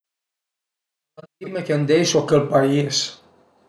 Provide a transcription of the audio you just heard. Al an dime ch'andeisu a chel pais